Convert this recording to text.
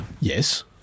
Yes